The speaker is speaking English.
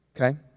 Okay